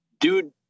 Dude